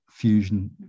fusion